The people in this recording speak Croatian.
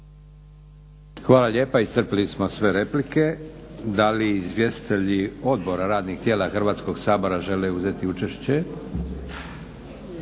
Hvala lijepa. Iscrpili smo sve replike. Da li izvjestitelji odbora, radnih tijela Hrvatskog sabora žele uzeti učešće?